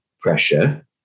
pressure